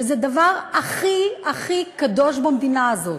שזה הדבר הכי הכי קדוש במדינה הזאת,